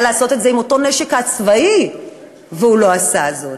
הוא היה יכול לעשות את זה עם אותו נשק צבאי והוא לא עשה את זה.